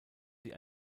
sie